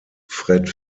fred